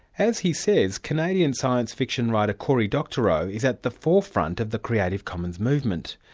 as he says, canadian science fiction writer cory doctorow is at the forefront of the creative commons movement.